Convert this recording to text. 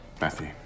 Matthew